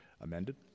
amended